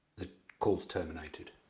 the call's terminated.